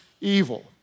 evil